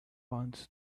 want